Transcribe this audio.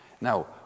Now